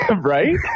right